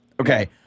Okay